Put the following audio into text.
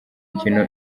mukino